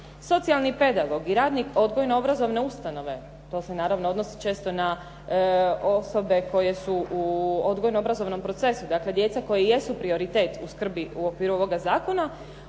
socijalni pedagog i radnik odgojno obrazovne ustanove, to se naravno odnosi često i na osobe koje su u odgojno obrazovnom procesu, dakle djeca koja su prioritet u skrbi u okviru ovoga zakona,